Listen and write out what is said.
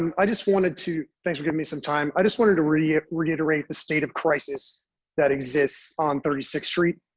and i just wanted to thank you give me some time. i just wanted to really reiterate the state of crisis that exists on thirty six street.